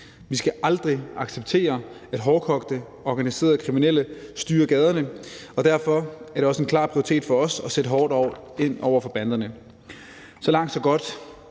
Vi skal aldrig acceptere, at hårdkogte, organiserede kriminelle styrer gaderne, og derfor er det også en klar prioritet for os at sætte hårdt ind over for banderne. Så langt, så godt.